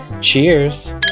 Cheers